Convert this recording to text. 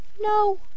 No